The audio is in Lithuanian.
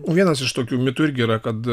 vienas iš tokių mitų irgi yra kad